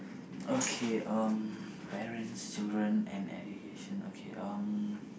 okay um parents children and education okay um